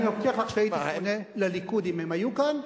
אני מבטיח לך שהייתי פונה לליכוד אם הם היו כאן,